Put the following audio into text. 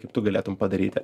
kaip tu galėtum padaryti